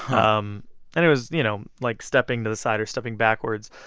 um and it was, you know, like stepping to the side or stepping backwards.